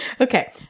Okay